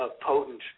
potent